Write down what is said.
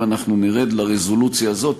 אם אנחנו נרד לרזולוציה הזאת,